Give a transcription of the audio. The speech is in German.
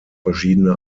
verschiedene